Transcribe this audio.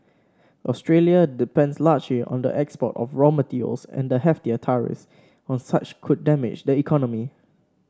Australia depends largely on the export of raw materials and heftier tariffs on such could damage the economy